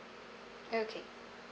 okay